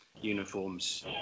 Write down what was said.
uniforms